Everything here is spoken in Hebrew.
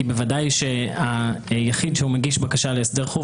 בוודאי שהיחיד שמגיש בקשה להסדר חוב,